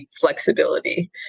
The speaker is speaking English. flexibility